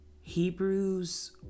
Hebrews